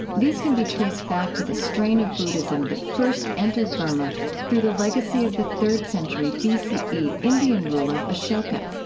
this can be traced back to the strain of buddhism that first entered burma through the legacy of the third century b c e. indian ruler ashoka.